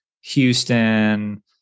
Houston